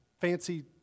fancy